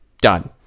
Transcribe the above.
done